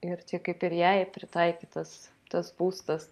ir čia kaip ir jai pritaikytas tas būstas